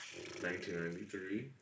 1993